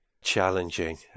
challenging